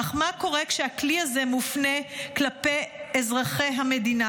אך מה קורה כשהכלי הזה מופנה כלפי אזרחי המדינה